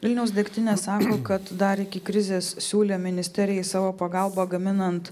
vilniaus degtinė sako kad dar iki krizės siūlė ministerijai savo pagalbą gaminant